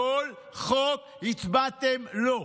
כל חוק הצבעתם לא.